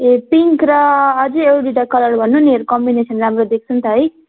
ए pink र अझै एक दुइटा कलर भन्नु नि कम्बिनेसन राम्रो देख्छ नि त है